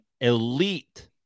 elite